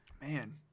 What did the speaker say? Man